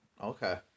Okay